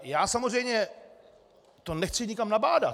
Já samozřejmě to nechci nikam nabádat.